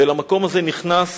ואל המקום הזה נכנס